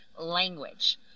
language